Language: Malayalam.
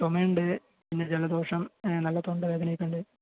ചുമ ഉണ്ട് പിന്നെ ജലദോഷം നല്ല തൊണ്ട വേദന ഒക്കെ ഉണ്ട്